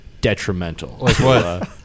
detrimental